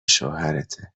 شوهرته